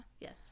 yes